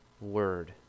word